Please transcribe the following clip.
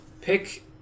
pick